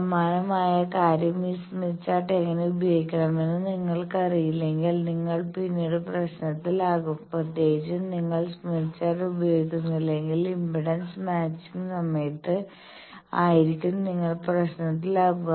സമാനമായ കാര്യം ഈ സ്മിത്ത് ചാർട്ട് എങ്ങനെ ഉപയോഗിക്കണമെന്ന് നിങ്ങൾക്കറിയില്ലെങ്കിൽ നിങ്ങൾ പിന്നീട് പ്രശ്നത്തിലാകും പ്രത്യേകിച്ചും നിങ്ങൾ സ്മിത്ത് ചാർട്ട് ഉപയോഗിക്കുന്നില്ലെങ്കിൽ ഇംപെഡൻസ് മാച്ചിങ് സമയത്ത് ആയിരിക്കും നിങ്ങൾ പ്രശ്നത്തിലാകുക